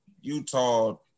Utah